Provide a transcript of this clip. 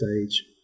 stage